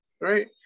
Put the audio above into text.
right